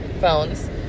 phones